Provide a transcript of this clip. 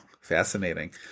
Fascinating